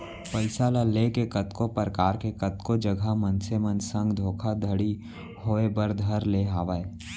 पइसा ल लेके कतको परकार के कतको जघा मनसे मन संग धोखाघड़ी होय बर धर ले हावय